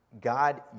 God